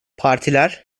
partiler